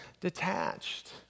detached